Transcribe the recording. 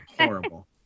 Horrible